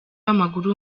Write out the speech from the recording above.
w’amaguru